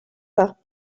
par